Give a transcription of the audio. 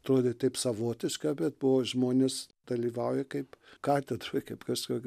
atrodė taip savotiška bet buvo žmonės dalyvauja kaip katedroj kaip kažkokioj